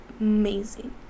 amazing